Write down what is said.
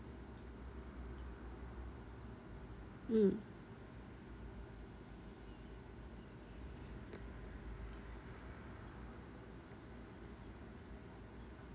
mm